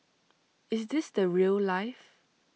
is this the rail life